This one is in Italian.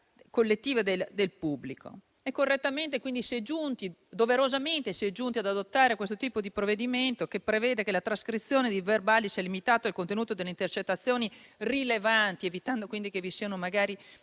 collettiva del pubblico? Correttamente e doverosamente si è giunti quindi ad adottare questo tipo di provvedimento, che prevede che la trascrizione dei verbali sia limitata al contenuto delle intercettazioni rilevanti, evitando che vi siano delle